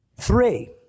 Three